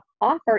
offer